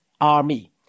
army